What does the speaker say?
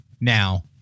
now